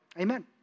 Amen